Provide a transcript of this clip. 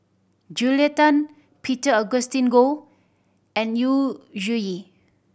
Julia Tan Peter Augustine Goh and Yu Zhuye